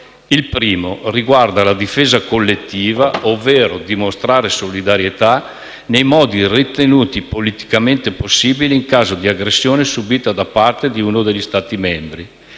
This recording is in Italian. il primo riguarda la difesa collettiva, ovvero dimostrare solidarietà nei modi ritenuti politicamente possibili in caso di aggressione subita da parte di uno degli Stati membri.